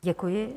Děkuji.